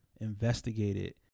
investigated